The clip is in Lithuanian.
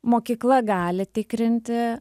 mokykla gali tikrinti